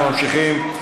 אנחנו ממשיכים.